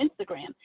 instagram